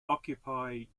occupy